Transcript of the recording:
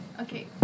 Okay